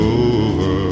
over